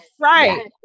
Right